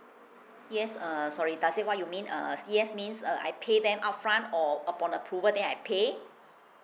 yes err sorry does it what you mean uh yes means uh I pay them upfront or upon approval then I pay